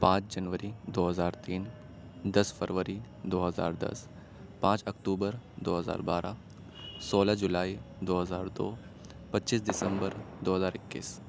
پانچ جنوری دو ہزار تین دس فروری دو ہزار دس پانچ اکتوبر دو ہزار بارہ سولہ جولائی دو ہزار دو پچیس دسمبر دو ہزار اکیس